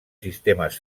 sistemes